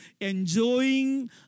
enjoying